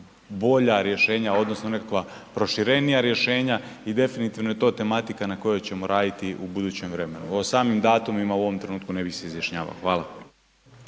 bolja rješenja, odnosno nekakva proširenija rješenja. I definitivno je to tematika na kojoj ćemo raditi u budućem vremenu. O samim datumima u ovom trenutku ne bih se izjašnjavao. Hvala.